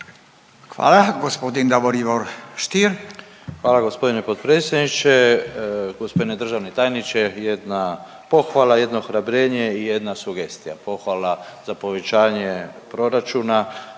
Stier. **Stier, Davor Ivo (HDZ)** Hvala gospodine potpredsjedniče. Gospodine državni tajniče, jedna pohvala, jedno ohrabrenje i jedna sugestija. Pohvala za povećanje proračuna